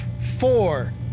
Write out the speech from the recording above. four